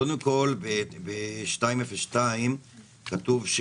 קודם כול, ב-202 כתוב: